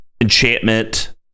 enchantment